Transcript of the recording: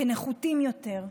כנחותים יותר.